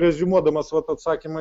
reziumuodamas vat atsakymą